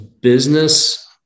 business